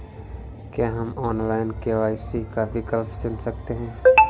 क्या हम online KYC का विकल्प चुन सकते हैं?